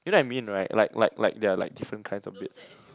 you know what I mean right like like like there are like different kinds of beds